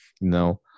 No